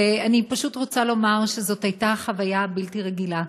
ואני פשוט רוצה לומר שזאת הייתה חוויה בלתי רגילה,